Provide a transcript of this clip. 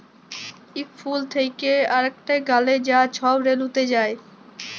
ইক ফুল থ্যাকে আরেকটয় গ্যালে যা ছব রেলুতে যায়